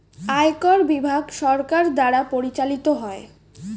আয়কর বিভাগ সরকার দ্বারা পরিচালিত হয়